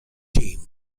team